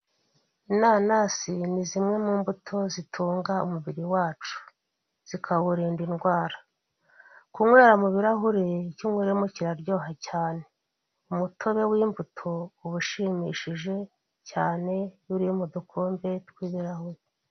Inanasi ni zimwe mu mbuto zitunga umubiri wacu zikawurinda indwara, kunywera mu birarahure icyo unyweramo kiraryoha cyane, umutobe w'imbuto uba ushimishije cyane uri mu dukombe tw'ibirahure.